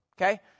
okay